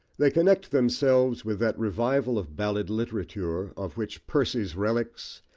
they connect themselves with that revival of ballad literature, of which percy's relics,